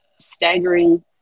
staggering